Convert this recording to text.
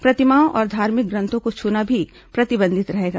प्रतिमाओं और धार्मिक ग्रन्थों को छूना भी प्रतिबंधित रहेगा